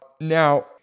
Now